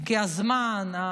כי הזמן,